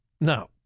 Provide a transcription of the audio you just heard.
Now